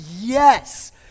yes